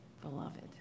Beloved